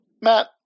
Matt